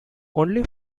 only